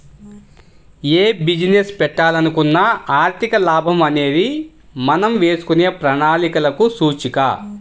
యే బిజినెస్ పెట్టాలనుకున్నా ఆర్థిక లాభం అనేది మనం వేసుకునే ప్రణాళికలకు సూచిక